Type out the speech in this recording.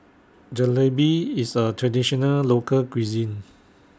Jalebi IS A Traditional Local Cuisine